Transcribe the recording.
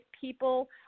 people